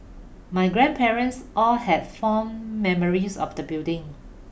my grandparents all had fond memories of the building